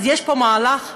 אז יש פה מהלך ענק,